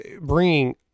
bringing